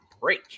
break